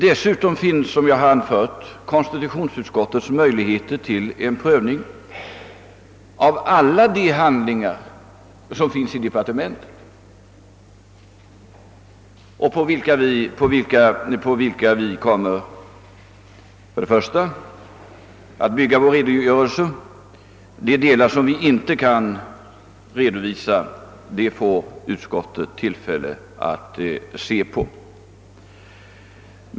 Dessutom har konstitutionsutskottet, såsom jag anfört, möjligheter till en prövning av alla de handlingar, som finns i departementet och som vi kommer att bygga vår redogörelse på. De delar av detta material som vi inte kan redovisa får konstitutionsutskottet tillfälle att gå igenom.